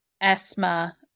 asthma